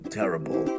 terrible